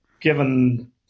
given